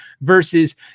versus